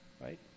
right